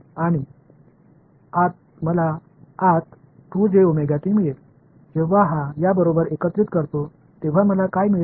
मला आत मिळेल जेव्हा हा या बरोबर एकत्रित करतो तेव्हा मला काय मिळेल